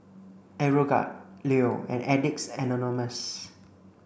Aeroguard Leo and Addicts Anonymous